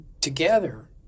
together